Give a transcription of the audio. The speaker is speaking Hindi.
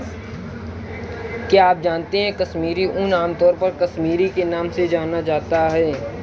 क्या आप जानते है कश्मीरी ऊन, आमतौर पर कश्मीरी के नाम से जाना जाता है?